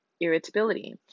irritability